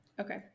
Okay